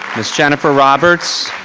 ms. jennifer roberts.